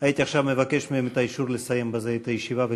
הייתי עכשיו מבקש מהם את האישור לסיים בזה את הישיבה ולהתפזר.